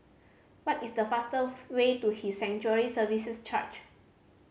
what is the fastest way to His Sanctuary Services Church